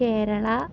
Kerala